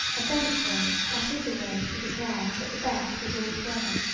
a bent way that is a way to declare that the best is all together,